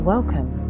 Welcome